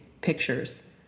pictures